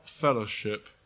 fellowship